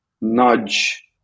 nudge